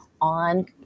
on